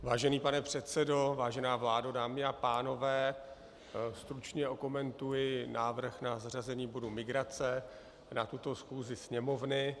Vážený pane předsedo, vážená vládo, dámy a pánové, stručně okomentuji návrh na zařazení bodu migrace na tuto schůzi Sněmovny.